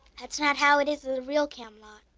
that's not how it is in the real camelot.